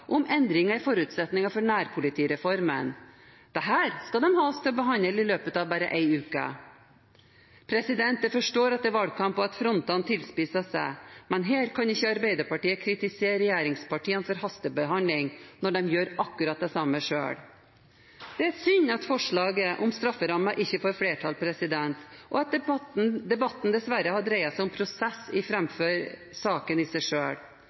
om endringer i forutsetningene for nærpolitireformen. Dette skal de ha oss til å behandle i løpet av bare én uke. Jeg forstår at det er valgkamp, og at frontene tilspisser seg. Men her kan ikke Arbeiderpartiet kritisere regjeringspartiene for hastebehandling, når de gjør akkurat det samme selv. Det er synd at forslaget om strafferammer ikke får flertall, og at debatten dessverre har dreiet seg om prosess fremfor saken i seg